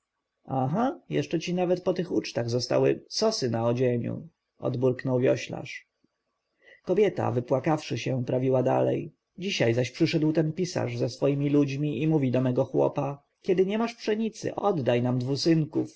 aha jeszcze ci nawet po tych ucztach zostały sosy na odzieniu odburknął wioślarz kobieta wypłakawszy się prawiła dalej dzisiaj zaś przyszedł ten pisarz ze swoimi ludźmi i mówił do mego chłopa kiedy nie masz pszenicy oddaj nam dwu synków